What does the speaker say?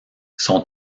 son